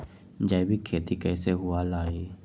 जैविक खेती कैसे हुआ लाई?